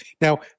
Now